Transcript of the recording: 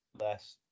Less